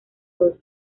oso